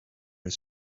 his